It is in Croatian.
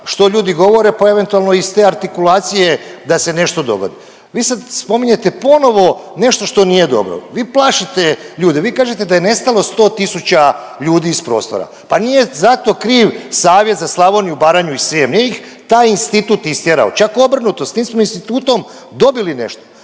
što ljudi govore pa eventualno iz te artikulacije da se nešto dogodi. Vi sad spominjete ponovo nešto što nije dobro. Vi plašite ljude, vi kažete da je nestalo 100 tisuća ljudi iz prostora, pa nije za to kriv Savjet za Slavoniju, Baranju i Srijem, nije ih taj institut istjerao, čak obrnuto s tim smo institutom dobili nešto.